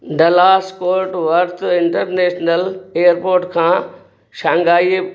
Dallas Fort Worth International Airport खां Shanghai